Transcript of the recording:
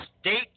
State